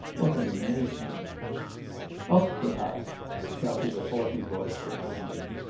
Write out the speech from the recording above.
what a nation aufgepasst! shouted a haughty voice behind them.